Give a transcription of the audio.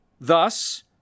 Thus